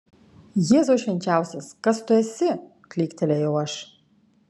jėzau švenčiausias kas tu esi klyktelėjau aš